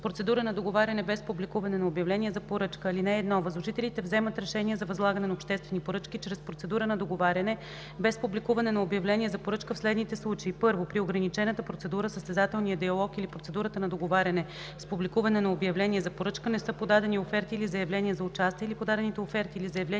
„Процедура на договаряне без публикуване на обявление за поръчка Чл. 164. (1) Възложителите вземат решение за възлагане на обществени поръчки чрез процедура на договаряне без публикуване на обявление за поръчка в следните случаи: 1. при ограничената процедура, състезателния диалог или процедурата на договаряне с публикуване на обявление за поръчка не са подадени оферти или заявления за участие или подадените оферти или заявления за участие